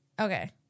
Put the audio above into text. okay